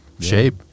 shape